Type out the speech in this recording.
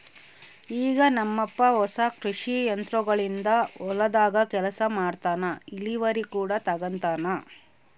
ಈಗ ನಮ್ಮಪ್ಪ ಹೊಸ ಕೃಷಿ ಯಂತ್ರೋಗಳಿಂದ ಹೊಲದಾಗ ಕೆಲಸ ಮಾಡ್ತನಾ, ಇಳಿವರಿ ಕೂಡ ತಂಗತಾನ